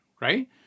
right